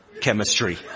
chemistry